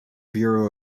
bureau